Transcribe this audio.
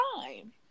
time